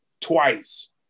twice